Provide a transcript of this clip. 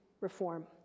reform